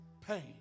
pain